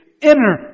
inner